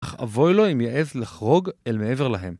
אך אבוי לו אם יעז לחרוג אל מעבר להם.